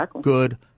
good